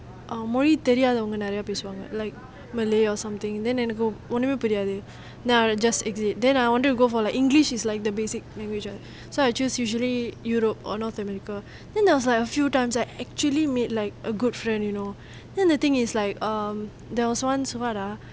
மொழி தெரியாதவங்க நெறய பேசுவாங்க:mozhi teriyathavanga neraya peasuvaanga like malay or something then எனக்கு ஒன்னுமே புரியாது:ennaku onumae puriyathu then I will just exit then I want to go for the english is like the basic language ah so I choose usually europe or north america then there was like a few times I actually meet like a good friend you know and the thing is like um there was once [what] ah